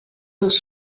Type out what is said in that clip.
dels